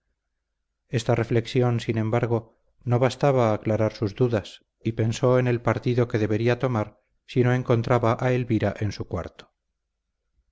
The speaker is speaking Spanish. esta reflexión sin embargo no bastaba a aclarar sus dudas y pensó en el partido que debería tomar si no encontraba a elvira en su cuarto